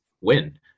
win